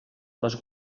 les